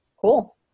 cool